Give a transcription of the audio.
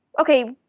okay